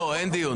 לא היה מעולם.